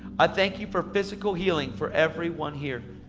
i thank you for physical healing for everyone here.